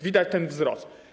Widać ten wzrost.